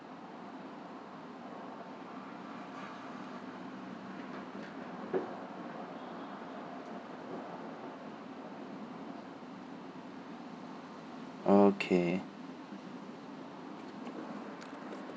okay